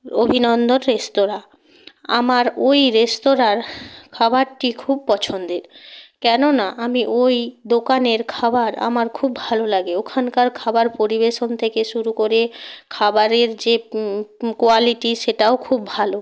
অভিনন্দন রেস্তোরাঁ আমার ওই রেস্তোরাঁর খাবারটি খুব পছন্দের কেননা আমি ওই দোকানের খাবার আমার খুব ভালো লাগে ওখানকার খাবার পরিবেশন থেকে শুরু করে খাবারের যে কোয়ালিটি সেটাও খুব ভালো